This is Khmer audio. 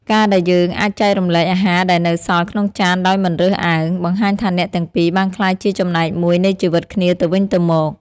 ការដែលយើងអាចចែករំលែកអាហារដែលនៅសល់ក្នុងចានដោយមិនរើសអើង បង្ហាញថាអ្នកទាំងពីរបានក្លាយជាចំណែកមួយនៃជីវិតគ្នាទៅវិញទៅមក។